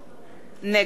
יעקב מרגי,